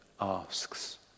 asks